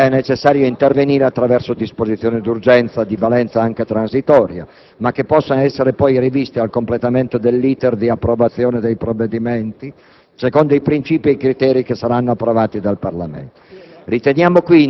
dell'Unione Europea, è necessario intervenire attraverso disposizioni d'urgenza, di valenza anche transitoria, ma che possano essere poi riviste, al completamento dell'intero *iter* di approvazione dei provvedimenti, secondo i princìpi e i criteri che saranno approvati dal Parlamento.